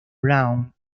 brown